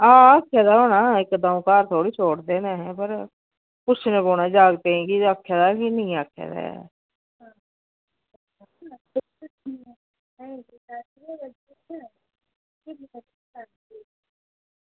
हां आक्खे दा होना इक द'ऊं घर थोह्ड़ी छोड़दे न पर पुच्छने पौना जागतें गी आक्खे दा कि निं आक्खे दा ऐ